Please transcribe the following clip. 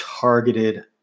targeted